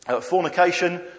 Fornication